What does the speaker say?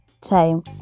time